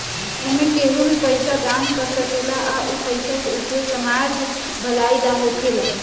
एमें केहू भी पइसा दान कर सकेला आ उ पइसा के उपयोग समाज भलाई ला होखेला